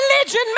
religion